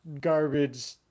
garbage